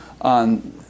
on